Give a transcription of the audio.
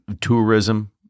tourism